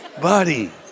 Buddy